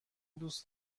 دوست